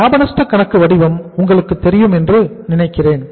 லாப நஷ்ட கணக்கு வடிவம் உங்களுக்கு தெரியும் என்று நினைக்கிறேன்